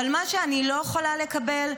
אבל מה שאני לא יכולה לקבל,